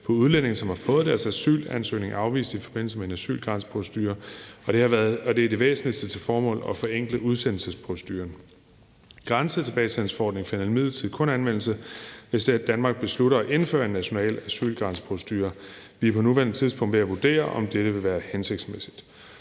på udlændinge, som har fået deres asylansøgning afvist i forbindelse med en asylgrænseprocedure, og det er det væsentligste formål at forenkle udsendelsesproceduren. Grænsetilbagesendelsesforordningen finder imidlertid kun anvendelse, hvis Danmark beslutter at indføre en national asylgrænseprocedure. Vi er på nuværende tidspunkt ved at vurdere, om dette vil være hensigtsmæssigt.